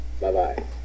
Bye-bye